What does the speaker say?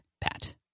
Pat